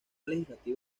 legislativo